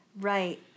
Right